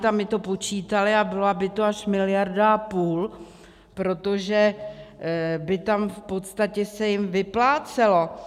My to počítali a byla by to až miliarda a půl, protože by tam v podstatě se jim vyplácelo.